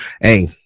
hey